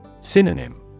Synonym